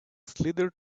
slithered